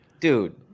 dude